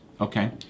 Okay